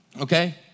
okay